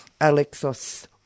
Alexos